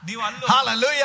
Hallelujah